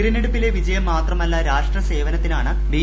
തിരഞ്ഞെടുപ്പിലെ വിജയം മ്മിത്രിമല്ല രാഷ്ട്ര സേവനത്തിനാണ് ബി